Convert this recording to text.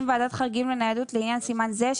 ועדת חריגים לניידות לעניין סימן זה,